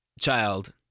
child